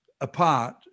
apart